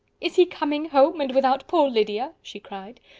is he coming home, and without poor lydia? she cried.